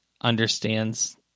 understands